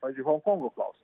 pavyzdžiui honkongo klausimą